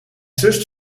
zus